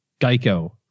Geico